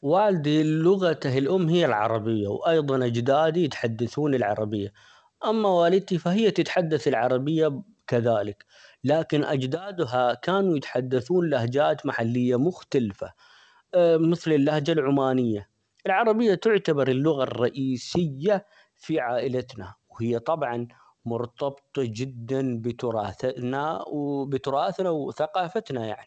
والدي -ل- لغته الأم هي العربية و أيضًا أجدادي يتحدثون العربية، أما والدتي فهي تتحدث العربية كذلك، لكن أجدادها كانوا يتحدثون لهجات محلية مختلفة مثل اللهجة العمانية، العربية تعتبر اللغة الرئيسية في عائلتنا، وهي طبعًا مرتبطة جدًا -بتراث-نا- وبتراثنا ،وثقافتنا يعني.